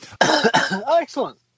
Excellent